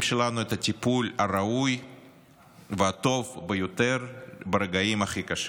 שלנו את הטיפול הראוי והטוב ביותר ברגעים הכי קשים.